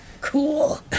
Cool